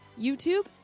YouTube